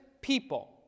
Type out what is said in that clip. people